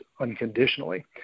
unconditionally